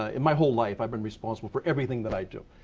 ah in my whole life i've been responsible for everything that i do